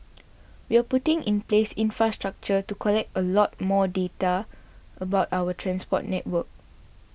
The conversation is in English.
we're putting in place infrastructure to collect a lot more data about our transport network